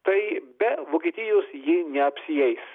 tai be vokietijos ji neapsieis